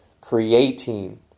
creating